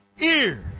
Ear